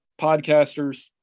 podcasters